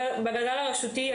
בגלגל הרשותי,